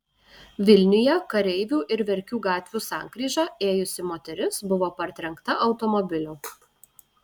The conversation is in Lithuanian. vilniuje kareivių ir verkių gatvių sankryža ėjusi moteris buvo partrenkta automobilio